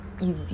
easy